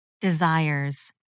desires